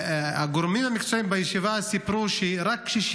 הגורמים המקצועיים בישיבה סיפרו שרק 60